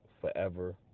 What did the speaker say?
forever